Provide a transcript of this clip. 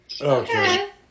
Okay